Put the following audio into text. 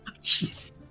Jeez